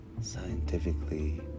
scientifically